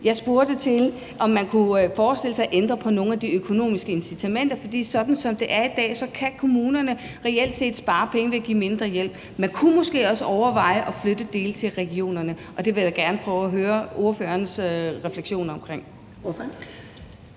Jeg spurgte til, om man kunne forestille sig at ændre på nogle af de økonomiske incitamenter, for sådan, som det er i dag, kan kommunerne reelt set spare penge ved at give mindre hjælp. Man kunne måske også overveje at flytte dele af det til regionerne, og det vil jeg da gerne prøve at høre ordførerens refleksioner omkring.